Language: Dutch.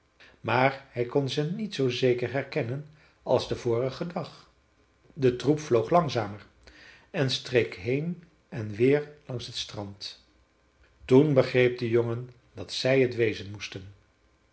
maar hij kon ze niet zoo zeker herkennen als den vorigen dag de troep vloog langzamer en streek heen en weer langs het strand toen begreep de jongen dat zij het wezen moesten